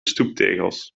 stoeptegels